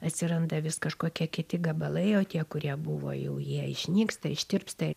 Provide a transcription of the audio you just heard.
atsiranda vis kažkokie kiti gabalai o tie kurie buvo jau jie išnyksta ištirpsta